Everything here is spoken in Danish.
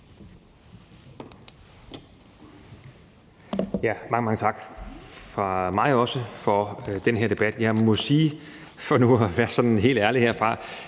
Mange, mange tak fra mig også for den her debat. Jeg må sige, for nu at være sådan helt ærlig,